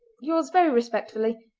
yours very respectfully,